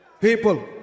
People